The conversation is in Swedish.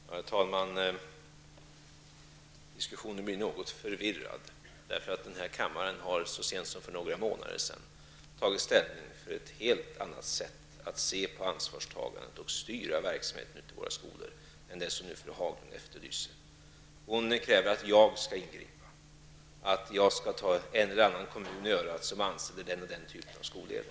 Herr talman! Diskussionen blir något förvirrad, eftersom denna kammare så sent som för några månader sedan har tagit ställning för ett helt annat sätt att se på ansvarstagandet och styra verksamheten i våra skolor än det som fru Haglund nu efterlyser. Hon kräver att jag skall ingripa, att jag skall ta en eller annan kommun i örat på grund av att de anställer en viss typ av skolledare.